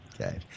okay